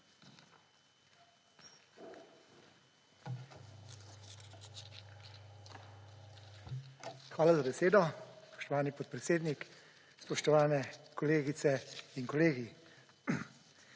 Hvala za besedo, spoštovani podpredsednik. Spoštovani kolegice in kolegi!